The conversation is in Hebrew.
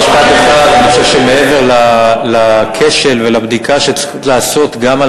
אני חושב שמעבר לכשל ולבדיקה שצריך לעשות גם על